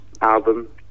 Album